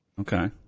Okay